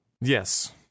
Yes